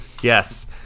Yes